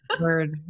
word